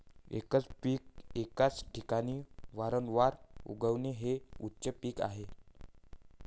एकच पीक एकाच ठिकाणी वारंवार उगवणे हे उच्च पीक आहे